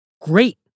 Great